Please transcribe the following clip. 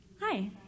Hi